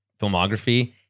filmography